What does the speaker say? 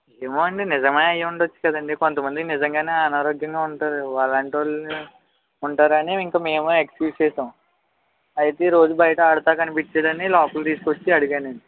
ఏమో అండి నిజమే అయిండచ్చు కదండీ కొంతమంది నిజంగానే అనారోగ్యంగా ఉంటారు అలాంటి వాళ్ళు ఉంటారని ఇంక మేము ఎక్స్క్యుస్ చేసాం అయితే ఈ రోజు బయట ఆడతు కనిపించాడని లోపల తీసుకు వచ్చి అడిగానండి